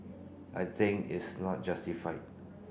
I think is not justified